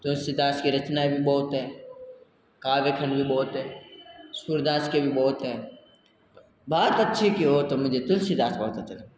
तुलसीदस कि रचनाएँ भी बहुत है काव्यखंड भी बहुत है सूरदास के भी बहुत है बात अच्छे कि हो तो मुझे तुलसीदस बहुत पसंद है